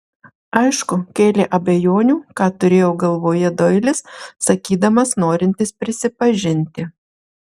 aišku kėlė abejonių ką turėjo galvoje doilis sakydamas norintis prisipažinti